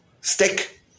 stick